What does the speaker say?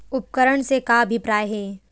उपकरण से का अभिप्राय हे?